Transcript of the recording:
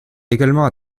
également